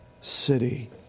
city